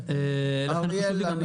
אריאל,